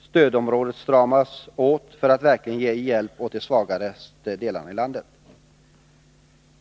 Stödområdet stramas åt för att verkligen ge hjälp åt de svagaste delarna av landet.